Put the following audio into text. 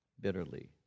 bitterly